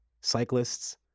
Cyclists